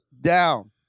down